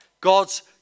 God's